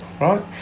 right